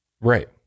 right